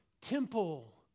temple